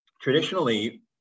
traditionally